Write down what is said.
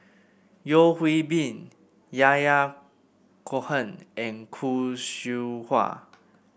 Yeo Hwee Bin Yahya Cohen and Khoo Seow Hwa